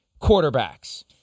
quarterbacks